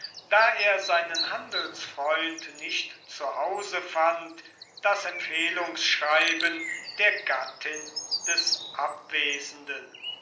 da er seinen handelsfreund nicht zu hause fand das empfehlungsschreiben der gattin des abwesenden